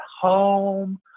home